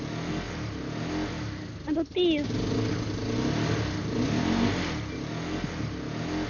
ᱟᱫᱚ ᱛᱤᱥ